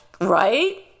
Right